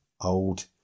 old